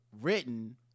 written